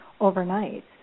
overnight